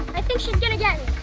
i think she's gonna get